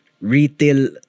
retail